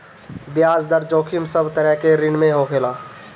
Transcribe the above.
बियाज दर जोखिम सब तरह के ऋण में होखेला